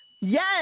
Yes